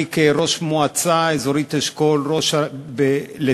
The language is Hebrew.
כראש המועצה האזורית אשכול לשעבר,